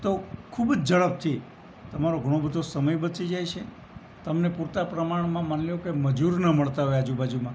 તો ખૂબ જ ઝડપથી તમારો ઘણો બધો સમય બચી જાય છે તમને પૂરતાં પ્રમાણમાં માની લો કે મજૂર ન મળતા હોય આજુ બાજુમાં